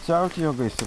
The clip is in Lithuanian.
siautėjo gaisrai